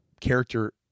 character